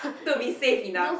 to be safe enough